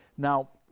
now,